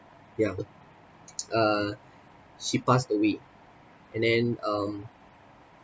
yup uh she passed away and then um